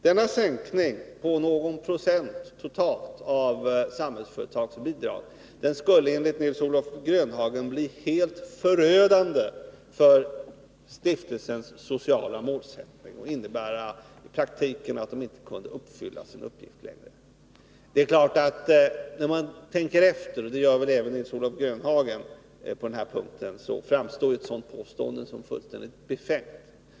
Denna sänkning på någon procent totalt av Samhällsföretags bidrag skulle enligt Nils-Olof Grönhagen bli helt förödande för stiftelsens sociala målsättning och i praktiken innebära att den inte kunde fylla sin uppgift längre. När man tänker efter — och det gör väl även Nils-Olof Grönhagen på denna punkt — framstår ju ett sådant påstående som fullständigt befängt.